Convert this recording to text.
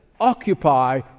Occupy